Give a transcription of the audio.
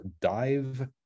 Dive